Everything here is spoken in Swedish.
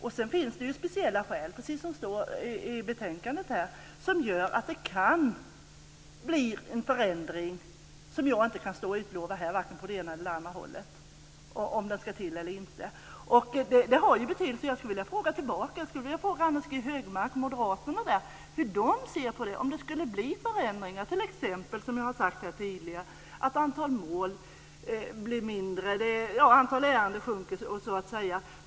Vidare finns det, precis som det står i betänkandet, speciella skäl som gör att det kan bli en förändring - något som jag dock inte kan utlova här åt vare sig det ena eller det andra hållet, alltså om en förändring ska till eller inte. Detta har betydelse. Jag skulle vilja fråga Anders G Högmark och moderaterna hur de ser på detta, om det nu skulle bli förändringar - t.ex., som jag här tidigare sagt, att antalet mål blir mindre, att antalet ärenden minskar.